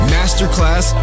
Masterclass